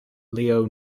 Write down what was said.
leo